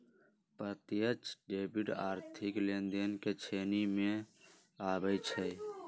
प्रत्यक्ष डेबिट आर्थिक लेनदेन के श्रेणी में आबइ छै